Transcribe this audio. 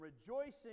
rejoicing